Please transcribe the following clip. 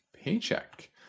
paycheck